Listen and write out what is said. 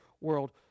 world